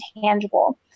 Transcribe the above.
tangible